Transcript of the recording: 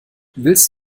willst